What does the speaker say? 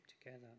together